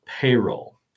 payroll